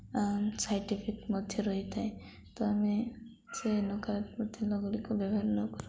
side effect ମଧ୍ୟ ରହିଥାଏ ତ ଆମେ ସେ ନକାରାତ୍ମକ ତେଲଗୁଡ଼ିକ ବ୍ୟବହାର ନ କରି